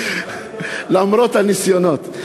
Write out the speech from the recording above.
למרות הניסיונות.